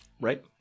Right